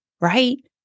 Right